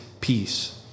peace